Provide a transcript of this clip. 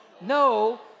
No